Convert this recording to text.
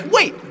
Wait